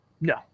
No